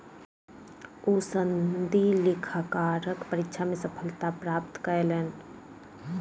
ओ सनदी लेखाकारक परीक्षा मे सफलता प्राप्त कयलैन